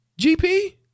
GP